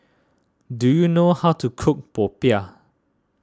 do you know how to cook Popiah